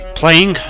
playing